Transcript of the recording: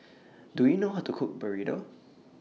Do YOU know How to Cook Burrito